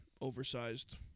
oversized